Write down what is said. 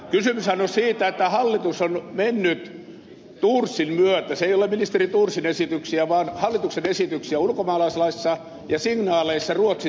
kysymyshän on siitä että hallitus on mennyt thorsin myötä se ei ole ministeri thorsin esityksiä vaan hallituksen esityksiä ulkomaalaislaissa ja signaaleissa ruotsin tielle